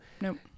Nope